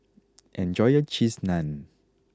enjoy your Cheese Naan